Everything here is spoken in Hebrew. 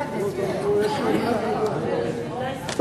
התשע"א 2010, לוועדת החוקה, חוק ומשפט נתקבלה.